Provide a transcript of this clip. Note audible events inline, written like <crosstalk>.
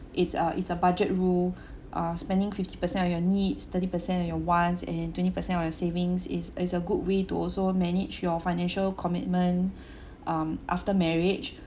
it's uh it's a budget rule uh spending fifty per cent on your needs thirty per cent on your wants and twenty per cent on your savings is is a good way to also manage your financial commitment <breath> um after marriage